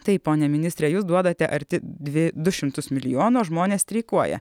taip pone ministre jūs duodate arti dvi du šimtus milijonų o žmonės streikuoja